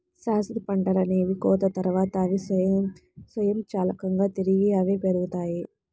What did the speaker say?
శాశ్వత పంటలనేవి కోత తర్వాత, అవి స్వయంచాలకంగా తిరిగి అవే పెరుగుతాయి